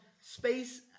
space